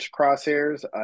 crosshairs